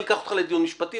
אני אקח אותך לדיון משפטי,